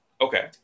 Okay